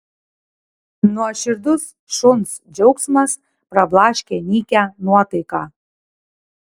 nuoširdus šuns džiaugsmas prablaškė nykią nuotaiką